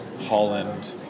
Holland